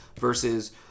versus